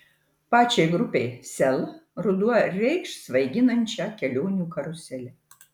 pačiai grupei sel ruduo reikš svaiginančią kelionių karuselę